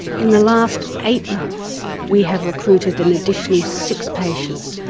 in the last eight months we have recruited an additional six patients.